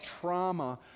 trauma